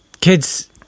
Kids